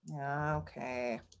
Okay